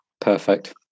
Perfect